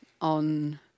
on